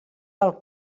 pel